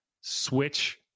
switch